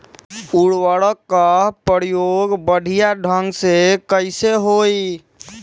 उर्वरक क प्रयोग बढ़िया ढंग से कईसे होई?